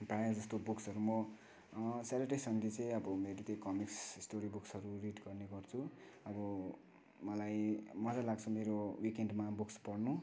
प्राय जस्तो बुक्सहरू म स्याटर्डे सनडे चाहिँ अब मेरो त्यही कमिक्स स्टोरी बुक्सहरू रिड गर्ने गर्छु अब मलाई मजा लाग्छ मेरो विकेन्डमा बुक्स पढ्नु